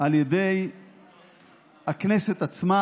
על ידי הכנסת עצמה.